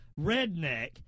redneck